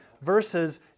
versus